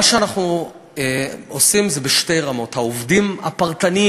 אז מה שאנחנו עושים זה בשתי רמות: העובדים הפרטניים,